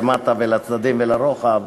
למטה ולצדדים ולרוחב,